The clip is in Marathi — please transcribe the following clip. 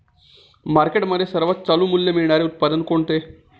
मार्केटमध्ये सर्वात चालू मूल्य मिळणारे उत्पादन कोणते?